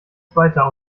zweiter